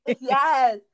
Yes